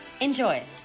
Enjoy